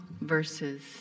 verses